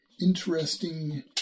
interesting